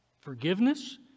Forgiveness